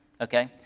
okay